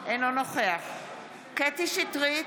אינו נוכח קטי קטרין שטרית,